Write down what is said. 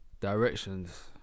directions